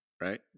right